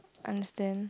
understand